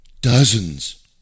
dozens